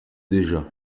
déjà